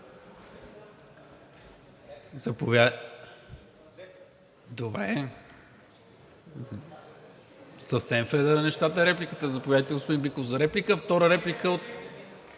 Добре, съвсем в реда на нещата е репликата. Заповядайте, господин Биков, за реплика.